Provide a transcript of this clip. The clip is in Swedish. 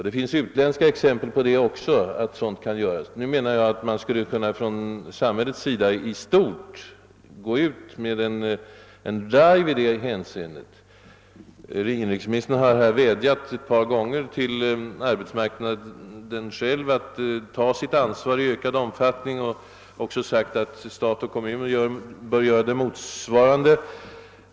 Det finns även utländska exempel som visar att sådana uppgifter finns. Jag anser att man från samhällets sida skulle kunna göra en drive på detta område. Inrikesministern har här ett par gånger vädjat till den enskilda arbetsmarknaden att ta ökat ansvar för svårplacerad arbetskraft och betonat att stat och kommun bör göra motsvarande.